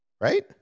Right